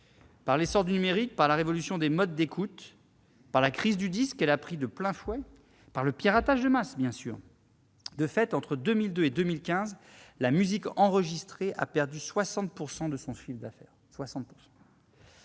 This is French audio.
par l'essor du numérique, par la révolution des modes d'écoute, par la crise du disque qu'elle a subi de plein fouet, par le piratage de masse. De fait, entre 2002 et 2015, la musique enregistrée a perdu 60 % de son chiffre d'affaires.